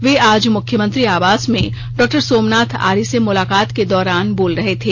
वे आज मुख्यमंत्री आवास में डॉ सोमनाथ आर्य से मुलाकात के दौरान बोल रहे थे